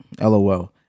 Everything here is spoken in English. LOL